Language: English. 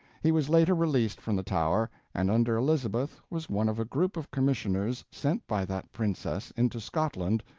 he was later released from the tower, and under elizabeth was one of a group of commissioners sent by that princess into scotland,